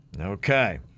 Okay